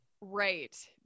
Right